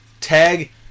Tag